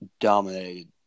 dominated